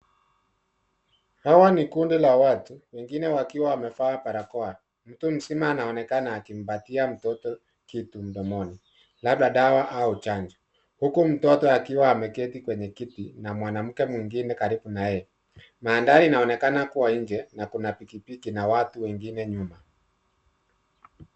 Hawa ni kundi la watu, wengine wakiwa wamevaa barakoa. Mtu mzima anaonekana akimpatia mtoto kitu mdomoni, labda dawa au chanjo. Huku mtoto akiwa ameketi kwenye kiti na mwanamke mwengine karibu na yeye. Mandhari inaonekana kuwa nje na kuna pikipiki na watu wengine nyuma.